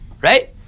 Right